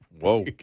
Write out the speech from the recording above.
whoa